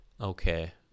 okay